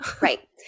Right